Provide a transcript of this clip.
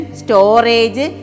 storage